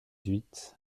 huit